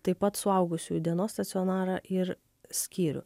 taip pat suaugusiųjų dienos stacionarą ir skyrių